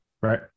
right